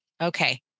Okay